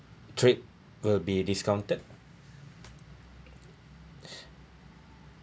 trip will be discounted